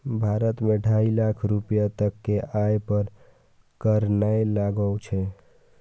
भारत मे ढाइ लाख रुपैया तक के आय पर कर नै लागै छै